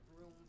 room